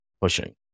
pushing